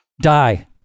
Die